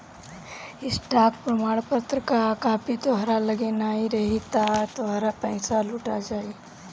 stock प्रमाणपत्र कअ copy तोहरी लगे नाही रही तअ तोहार पईसा लुटा जाई